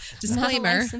disclaimer